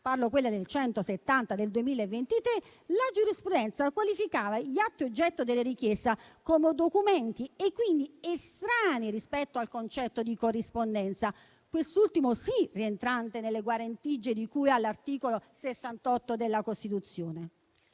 la n. 170 del 2023, la giurisprudenza qualificava gli atti oggetto della richiesta come documenti, quindi, estranei rispetto al concetto di corrispondenza, quest'ultima sì rientrante nelle guarentigie di cui all'articolo 68 della Costituzione.